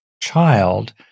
child